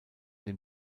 dem